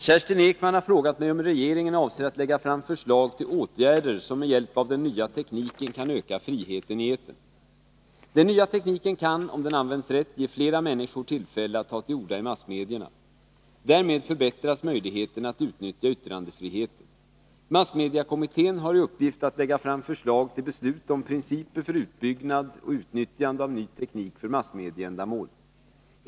Herr talman! Kerstin Ekman har frågat mig om regeringen avser att lägga fram förslag till åtgärder som med hjälp av den nya tekniken kan öka friheten i etern. Den nya tekniken kan, om den används rätt, ge flera människor tillfälle att ta till orda i massmedierna. Därmed förbättras möjligheten att utnyttja yttrandefriheten. Massmediekommittén har i uppgift att lägga fram förslag till beslut om principer för utbyggnad och utnyttjande av ny teknik för massmedieändamål.